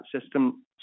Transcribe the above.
system